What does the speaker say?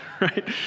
right